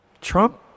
Trump